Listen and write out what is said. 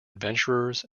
adventurers